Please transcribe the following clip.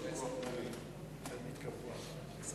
אנחנו עוברים לנואם הבא.